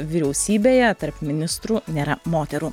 vyriausybėje tarp ministrų nėra moterų